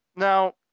Now